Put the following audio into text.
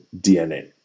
DNA